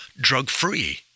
drug-free